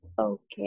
Okay